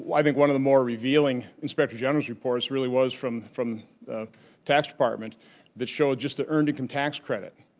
i think one of the more revealing inspector general's report is really was from from the tax department that showed just the earned income tax credit.